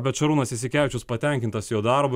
bet šarūnas jasikevičius patenkintas jo darbu